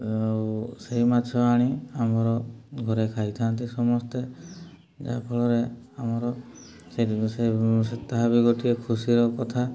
ଆଉ ସେଇ ମାଛ ଆଣି ଆମର ଘରେ ଖାଇଥାନ୍ତି ସମସ୍ତେ ଯାହାଫଳରେ ଆମର ତାହା ବି ଗୋଟିଏ ଖୁସିର କଥା